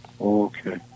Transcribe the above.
Okay